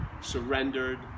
surrendered